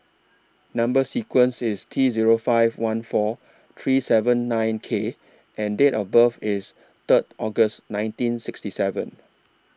Number sequence IS T Zero five one four three seven nine K and Date of birth IS Third August nineteen sixty seven